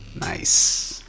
Nice